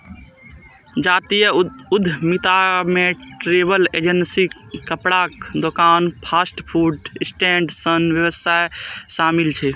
जातीय उद्यमिता मे ट्रैवल एजेंसी, कपड़ाक दोकान, फास्ट फूड स्टैंड सन व्यवसाय शामिल छै